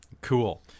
cool